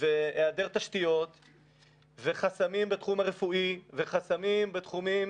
והיעדר תשתיות וחסמים בתחום הרפואי וחסמים בתחומים